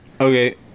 Okay